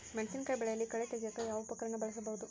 ಮೆಣಸಿನಕಾಯಿ ಬೆಳೆಯಲ್ಲಿ ಕಳೆ ತೆಗಿಯಾಕ ಯಾವ ಉಪಕರಣ ಬಳಸಬಹುದು?